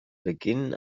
beginn